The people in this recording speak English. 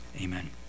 Amen